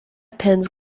pins